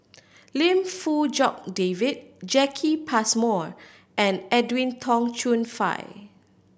Lim Fong Jock David Jacki Passmore and Edwin Tong Chun Fai